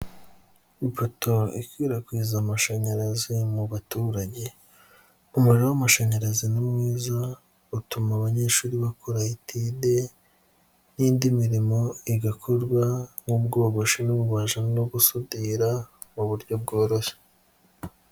Ipoto ikwirakwiza amashanyarazi mu baturage, umuriro w'amashanyarazi ni mwiza, utuma abanyeshuri bakora etide n'indi mirimo igakorwa nkubwogosha n'ububaji no gusudira mu buryo bworoshye.